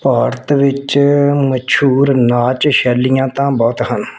ਭਾਰਤ ਵਿੱਚ ਮਸ਼ਹੂਰ ਨਾਚ ਸ਼ੈਲੀਆਂ ਤਾਂ ਬਹੁਤ ਹਨ